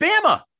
Bama